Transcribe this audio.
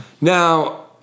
Now